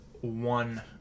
one